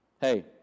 hey